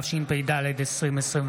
התשפ"ד 2024,